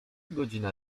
godzina